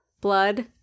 Blood